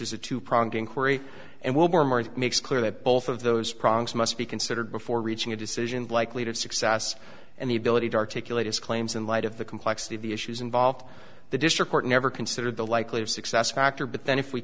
inquiry and makes clear that both of those problems must be considered before reaching a decision likely to success and the ability to articulate his claims in light of the complexity of the issues involved the district court never considered the likely of success factor but then if we